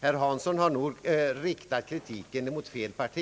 Herr Hansson har nog riktat kritiken mot fel parti.